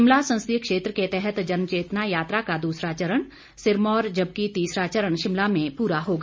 शिमला संसदीय क्षेत्र के तहत जन चेतना यात्रा का दूसरा चरण सिरमौर जबकि तीसरा चरण शिमला में पूरा होगा